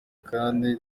kandi